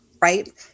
Right